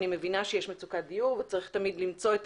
אני מבינה שיש מצוקת דיור וצריך תמיד למצוא את